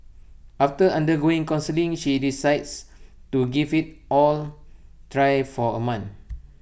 after undergoing counselling she decides to give IT all try for A month